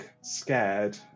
scared